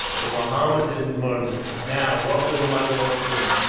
the mohammedan murmured. now, what will my lord do?